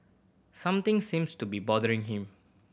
something seems to be bothering him